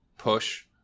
push